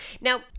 Now